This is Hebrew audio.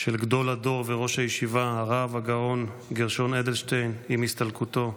של גדול הדור וראש הישיבה הרב הגאון גרשון אדלשטיין עם הסתלקותו.